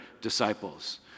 disciples